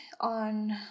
on